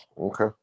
Okay